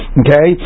okay